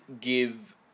give